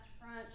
front